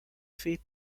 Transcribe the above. fait